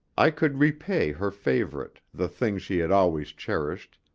i could repay her favourite, the thing she had always cherished,